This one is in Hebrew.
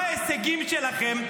מה ההישגים שלכם,